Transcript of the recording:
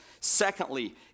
Secondly